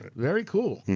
very cool,